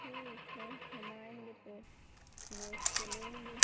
ठीक है हम आएँगे तो देख कर लेंगे